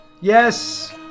Yes